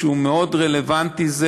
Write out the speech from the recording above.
שהוא רלוונטי מאוד,